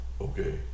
Okay